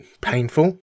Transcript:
painful